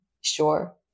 sure